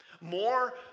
More